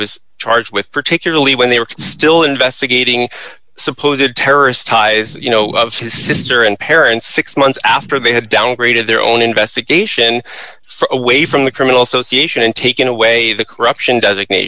was charged with particularly when they were still investigating suppose a terrorist ties you know his sister and parents six months after they had downgraded their own investigation away from the criminal association in taking away the corruption does it nat